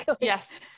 Yes